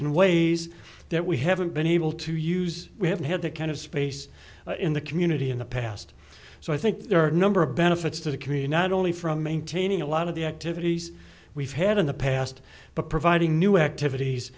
in ways that we haven't been able to use we haven't had that kind of space in the community in the past so i think there are a number of benefits to the community only from maintaining a lot of the activities we've had in the past but providing new